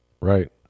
Right